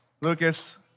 Lucas